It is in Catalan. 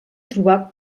trobar